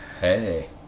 Hey